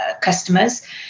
customers